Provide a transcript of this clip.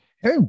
Hey